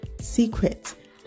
secret